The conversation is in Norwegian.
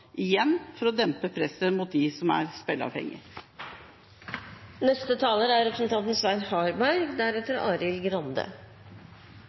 igjen for å dempe presset mot dem som er